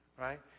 right